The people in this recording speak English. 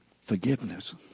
Forgiveness